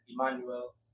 Emmanuel